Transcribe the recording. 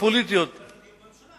ההחלטה של הממשלה